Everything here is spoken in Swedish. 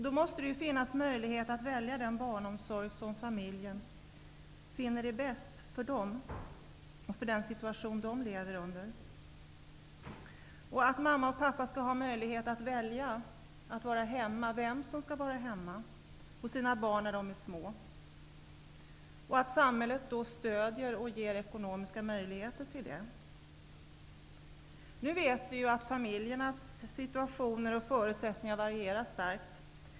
Det måste då finnas möjlighet för familjerna att välja den barnomsorg som de finner bäst för dem, i den situation som de lever i. Mamma och pappa skall ha möjlighet att vara hemma -- och välja vem som skall vara det -- hos sina barn när de är små. Samhället måste då stödja dem och ge ekonomiska möjligheter till detta. Nu vet vi att familjernas situationer och förutsättningar starkt varierar.